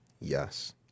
Yes